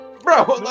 Bro